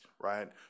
right